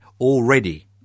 Already